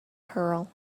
pearl